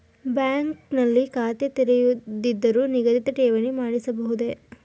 Bank ನಲ್ಲಿ ಖಾತೆ ತೆರೆಯದಿದ್ದರೂ ನಿಗದಿತ ಠೇವಣಿ ಮಾಡಿಸಬಹುದೇ?